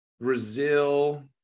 Brazil